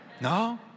No